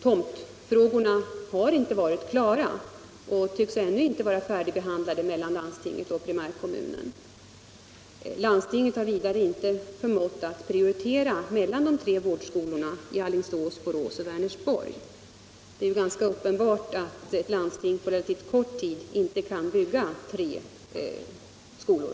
Tomtfrågorna har inte varit klara och tycks ännu inte vara färdigbehandlade mellan landstinget och primärkommunen. Landstinget har vidare inte förmått göra någon prioritering mellan de tre vårdskolorna i Alingsås, Borås och Vänersborg. Det är ganska uppenbart att landstinget på relativt kort tid inte kan bygga tre skolor.